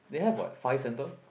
they have what five centre